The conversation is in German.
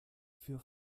für